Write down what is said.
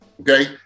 Okay